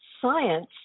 science